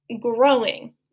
growing